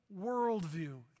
worldview